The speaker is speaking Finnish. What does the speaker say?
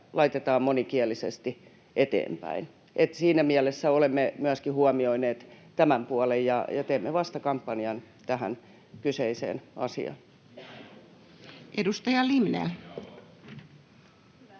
laitetaan monikielisesti eteenpäin. Että siinä mielessä olemme huomioineet myöskin tämän puolen ja teemme vastakampanjan tähän kyseiseen asiaan. [Juho Eerola: